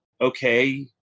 okay